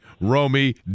Romy